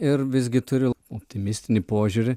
ir visgi turiu optimistinį požiūrį